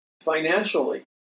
financially